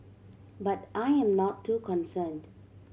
but I am not too concerned